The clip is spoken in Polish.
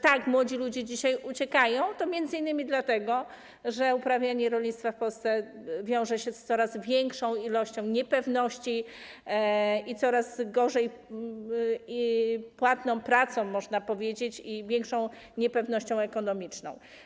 Tak, młodzi ludzie dzisiaj uciekają, m.in. dlatego że uprawianie rolnictwa w Polsce wiąże się z coraz większą ilością niepewności, coraz gorzej płatną pracą, można powiedzieć, i większą niepewnością ekonomiczną.